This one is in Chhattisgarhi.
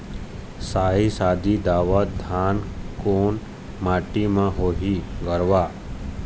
साही शाही दावत धान कोन माटी म होही गरवा?